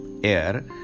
Air